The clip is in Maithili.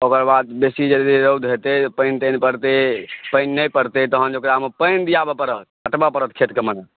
ओकरबाद बेसी यदि रौद होयतै पानि तानि पड़तै पानि नहि पड़तै तहन ओकरामे पानि दिआबऽ पड़त कटबऽ पड़त खेतके मने